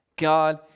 God